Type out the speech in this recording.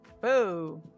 Boo